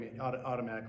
automatically